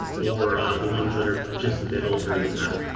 or the ones that are just a bit older than that.